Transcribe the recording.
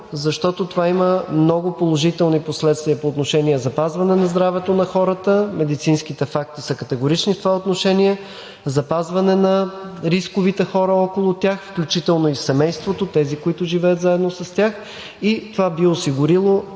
защото това има много положителни последствия по отношение запазване на здравето на хората, медицинските факти са категорични в това отношение, запазване на рисковите хора около тях, включително и семейството – тези, които живеят заедно с тях, и това би осигурило